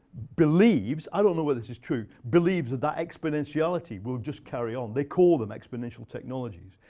believes i don't know whether this is true believes that that exponentially will just carry on. they call them exponential technologies.